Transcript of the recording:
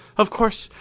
of course,